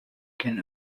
can